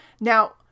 Now